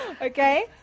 Okay